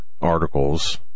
articles